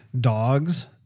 dogs